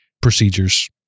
procedures